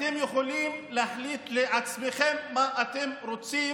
אתם יכולים להחליט לעצמכם מה אתם רוצים